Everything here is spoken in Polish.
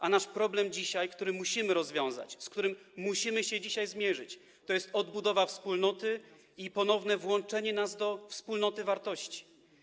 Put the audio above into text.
A nasz problem dzisiaj, który musimy rozwiązać, z którym musimy się dzisiaj zmierzyć, to jest odbudowa wspólnoty i ponowne włączenie nas do wspólnoty wartości.